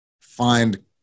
find